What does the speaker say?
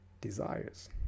desires